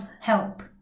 help